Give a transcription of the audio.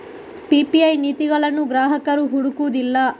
PPI ನೀತಿಗಳನ್ನು ಗ್ರಾಹಕರು ಹುಡುಕುವುದಿಲ್ಲ